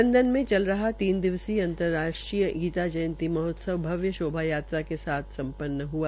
London में चल रहा तीन दिवसीय अंतर्राष्ट्रीय गीता जंयी महोत्सव भव्य शोभा यात्रा के साथ सम्पन्न हआ